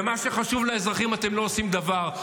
במה שחשוב לאזרחים אתם לא עושים דבר.